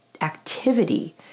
activity